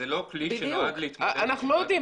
זה לא כלי שנועד ל --- אנחנו לא יודעים.